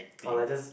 or like just